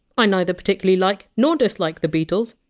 i neither particularly like nor dislike the beatles.